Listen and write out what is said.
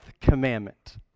commandment